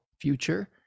future